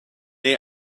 neu